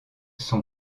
son